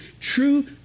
True